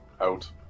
out